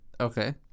Okay